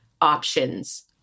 options